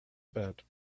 bed